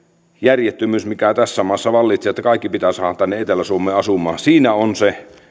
järjettömyys mikä tässä maassa vallitsee kun kaikki pitää saada tänne etelä suomeen asumaan siinä on se